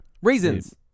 Reasons